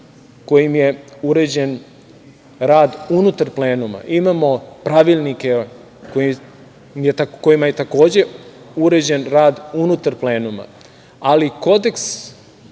kojim je uređen rad unutar plenuma, imamo pravilnike kojima je takođe uređen rad unutar plenuma, ali etički